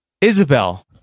Isabel